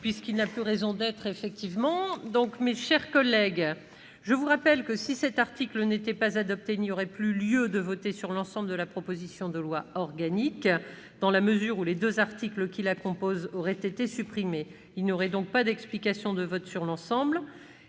Mes chers collègues, avant de mettre aux voix l'article 2, je vous rappelle que, si celui-ci n'était pas adopté, il n'y aurait plus lieu de voter sur l'ensemble de la proposition de loi organique, dans la mesure où les deux articles qui la composent auraient été supprimés. Il n'y aurait donc pas d'explications de vote sur l'ensemble.